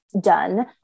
done